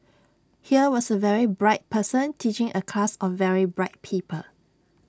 here was A very bright person teaching A class of very bright people